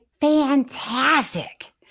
fantastic